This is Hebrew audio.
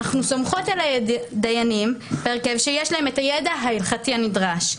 אנחנו סומכות על הדיינים בהרכב שיש להם את הידע ההלכתי הנדרש,